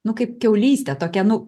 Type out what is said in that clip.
nu kaip kiaulystė tokia nu